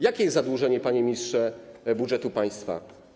Jakie jest zadłużenie, panie ministrze, budżetu państwa?